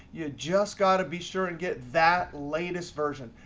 you just got to be sure and get that latest version.